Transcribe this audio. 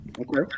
Okay